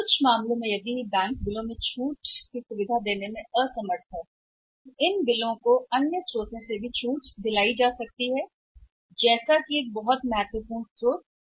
कुछ मामलों में जब बैंक कुछ बिलों पर छूट नहीं दे पाते हैं तो ये बिल हो सकते हैं अन्य स्रोतों से छूट मिली एक महत्वपूर्ण स्रोत जो बिल में छूट की सुविधा प्रदान करता है कारक है